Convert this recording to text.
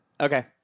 Okay